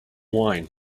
wine